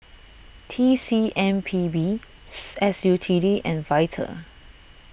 T C M P B S U T D and Vital